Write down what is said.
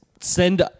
send